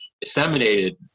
disseminated